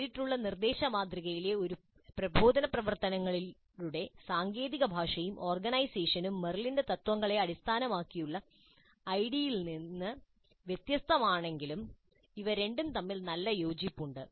നേരിട്ടുള്ള നിർദ്ദേശമാതൃകയിലെ പ്രബോധനപ്രവർത്തനങ്ങളുടെ സങ്കേതഭാഷയും ഓർഗനൈസേഷനും മെറിലിന്റെ തത്ത്വങ്ങളെ അടിസ്ഥാനമാക്കിയുള്ള ഐഡിയിൽ നിന്ന് വ്യത്യസ്തമാണെങ്കിലും ഇവ രണ്ടും തമ്മിൽ നല്ല യോജിപ്പ് ഉണ്ട്